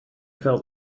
felt